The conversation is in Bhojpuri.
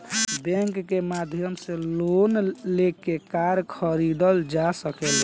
बैंक के माध्यम से लोन लेके कार खरीदल जा सकेला